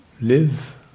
live